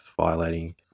violating